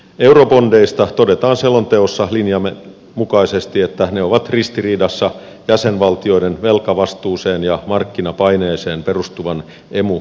eurobondeista todetaan selonteossa linjamme mukaisesti että ne ovat ristiriidassa jäsenvaltioiden velkavastuuseen ja markkinapaineeseen perustuvan emu arkkitehtuurin kanssa